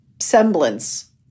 semblance